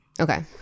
Okay